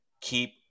keep